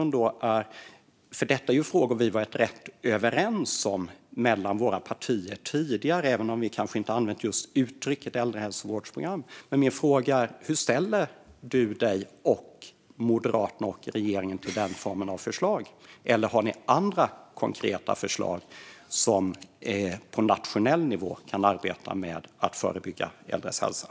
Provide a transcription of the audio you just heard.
Detta är frågor som vi har varit rätt överens om mellan våra partier tidigare, även om vi kanske inte använt just uttrycket äldrehälsovårdsprogram. Mina avslutande frågor till Malin Höglund är: Hur ställer du, Moderaterna och regeringen er till den formen av förslag? Har ni andra konkreta förslag för att på nationell nivå arbeta med att förebygga ohälsa bland äldre?